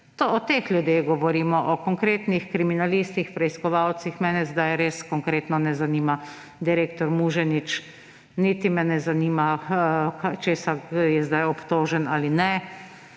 O teh ljudeh govorimo, o konkretnih kriminalistih, preiskovalcih. Mene zdaj res konkretno ne zanima direktor Muženič, niti me ne zanima, česa je zdaj obtožen ali ne,